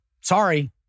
sorry